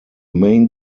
main